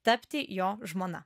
tapti jo žmona